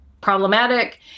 problematic